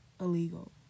illegal